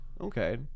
Okay